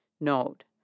Note